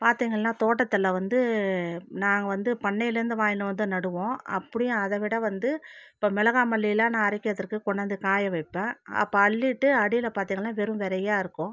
பார்த்தீங்கள்னா தோட்டத்தில் வந்து நாங்கள் வந்து பண்ணையிலேருந்து வாய்கின்னு வந்து தான் நடுவோம் அப்படியும் அதைவிட வந்து இப்போ மிளகா மல்லியெலாம் நான் அரைக்கறத்திற்கு கொண்டாந்து காய வைப்பேன் அப்போ அள்ளிகிட்டு அடியில் பார்த்தீங்கள்னா வெறும் வெதையா இருக்கும்